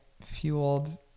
fueled